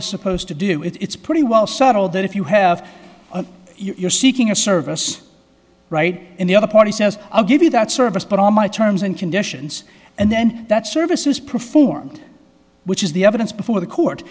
is supposed to do it's pretty well settled that if you have you're seeking a service right and the other party says i'll give you that service but on my terms and conditions and then that service is performed which is the evidence before the court